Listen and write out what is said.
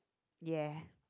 ya